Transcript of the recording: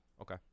Okay